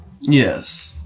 Yes